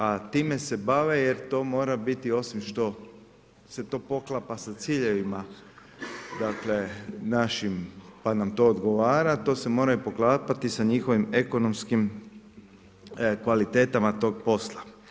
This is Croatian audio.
A time se bave, jer to moraju biti osim što se to poklapa sa ciljevima, dakle, našim pa nam to odgovara, to se mora poklapati sa njihovim ekonomskim kvalitetama tog posla.